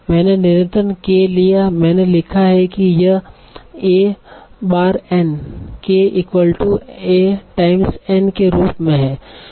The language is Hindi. मैंने निरंतर k लिया मैंने लिखा है कि यह A बार N k AN के रूप में है